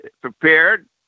prepared